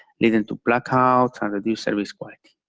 leading to blackouts and reduced service quality.